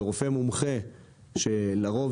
ורופא מומחה ולרוב,